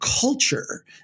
culture